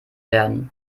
werden